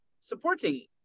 supporting